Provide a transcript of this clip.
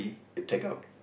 you take out